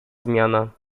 zmiana